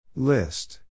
List